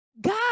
God